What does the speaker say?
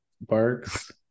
barks